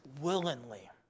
willingly